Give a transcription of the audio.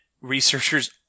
researchers